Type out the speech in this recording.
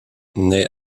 naît